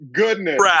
goodness